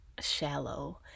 shallow